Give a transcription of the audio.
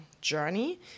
journey